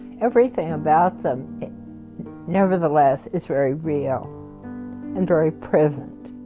everything about them nevertheless it's very real and very present,